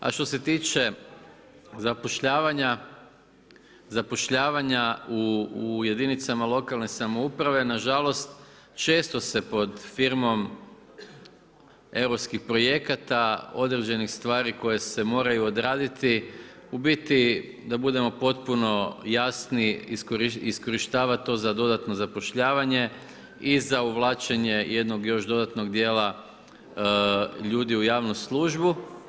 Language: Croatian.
A što se tiče zapošljavanja u jedinicama lokalne samouprave, nažalost često se pod firmom europskih projekata, određenih stvari koje se moraju odraditi u biti da budemo potpuno jasni, iskorištavati to za dodatno zapošljavanje i za uvlačenje jednog još dodatnom djela ljudi u javnu službu.